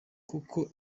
koko